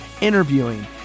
interviewing